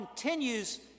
continues